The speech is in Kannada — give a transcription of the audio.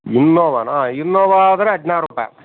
ಇನ್ನೋವಾನ ಇನ್ನೋವ ಆದರೆ ಹದಿನಾರು ರೂಪಾಯಿ